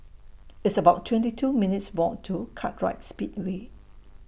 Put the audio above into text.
It's about twenty two minutes' Walk to Kartright Speedway